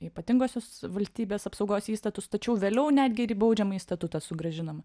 ypatinguosius valstybės apsaugos įstatus tačiau vėliau netgi ir į baudžiamąjį statutą sugrąžinama